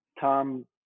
Tom